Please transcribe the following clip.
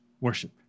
worship